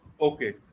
Okay